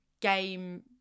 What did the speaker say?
game